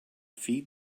feed